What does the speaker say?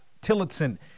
Tillotson